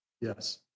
Yes